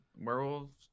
werewolves